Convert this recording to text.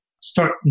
start